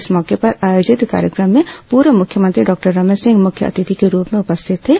इस मौके पर आयोजित कार्यक्रम में पूर्व मुख्यमंत्री डॉक्टर रमन सिंह मुख्य अतिथि के रूप में उपस्थित थे